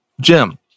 Jim